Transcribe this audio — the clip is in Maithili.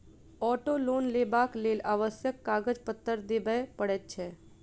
औटो लोन लेबाक लेल आवश्यक कागज पत्तर देबअ पड़ैत छै